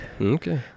Okay